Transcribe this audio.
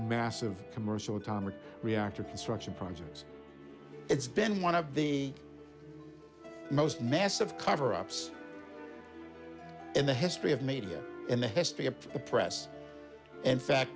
massive commercial atomic reactor construction projects it's been one of the most massive cover ups in the history of media in the history of the press and fact